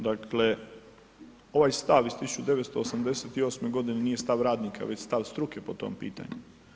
Dakle, ovaj stav iz 1988. godine nije stav radnika već stav struke po tom pitanju.